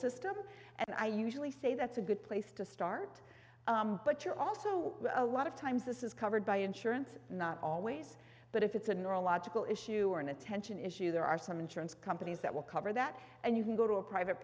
system and i usually say that's a good place to start but you're also a lot of times this is covered by insurance not always but if it's a neurological issue or an attention issue there are some insurance companies that will cover that and you can go to a private